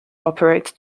operates